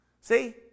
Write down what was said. See